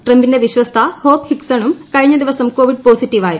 ട്രംപിന്റെ വിശ്വസ്ത ഹോപ്പ് ഹിക്സണും കഴിഞ്ഞ ദിവസം കോവിഡ് പോസിറ്റീവായിരുന്നു